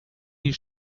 die